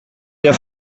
der